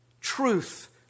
truth